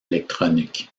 électronique